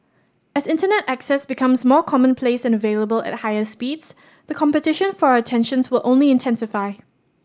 as Internet access becomes more commonplace and available at higher speeds the competition for our attentions will only intensify